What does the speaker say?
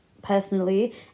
personally